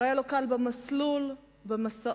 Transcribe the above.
לא היה לו קל במסלול, במסעות.